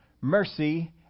mercy